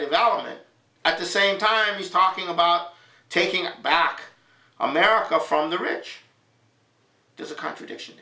development at the same time he's talking about taking it back america from the rich does a contradiction